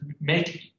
make